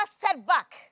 setback